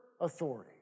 authority